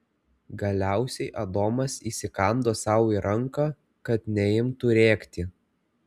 galiausiai adomas įsikando sau į ranką kad neimtų rėkti